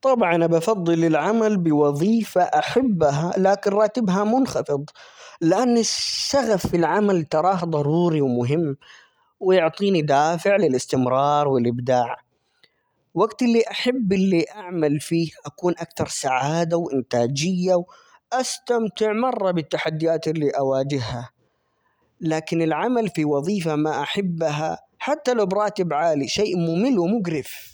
طبعًا، أبَفَضِّل العمل بوظيفة أحبها لكن راتبها منخفض؛ لأن الشغف في العمل تراه ضروري ومهم، ويعطيني دافع للإستمرار والإبداع، وقت اللي أحب اللي أعمل فيه، أكون أكتر سعادة وإنتاجية، وأستمتع مرة بالتحديات اللي أواجهها، لكن العمل في وظيفة ما أحبها، حتى لو براتب عالي، شيء ممل ومقرف.